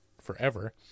forever